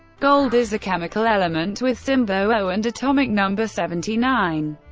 gold is a chemical element with symbol au and atomic number seventy nine.